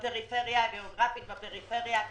בפריפריה הגיאוגרפית ובפריפריה הכלכלית.